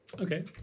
Okay